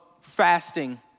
fasting